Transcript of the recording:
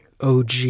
OG